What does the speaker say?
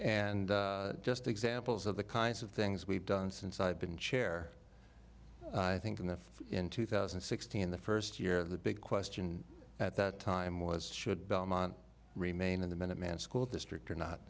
and just examples of the kinds of things we've done since i've been chair i think that in two thousand and sixteen the st year the big question at that time was should belmont remain in the minuteman school district or not